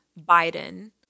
Biden